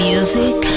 Music